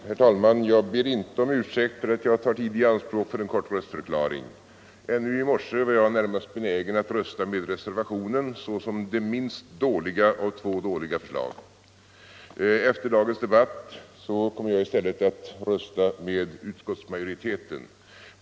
Herr talman! Jag ber inte om ursäkt för att jag tar tid i anspråk för en kort röstförklaring. Ännu i morse var jag närmast benägen att rösta för reservationen såsom det minst dåliga av två dåliga förslag. Efter dagens debatt kommer jag i stället att rösta med utskottsmajoriteten.